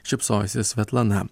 šypsojosi svetlana